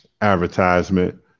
advertisement